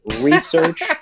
research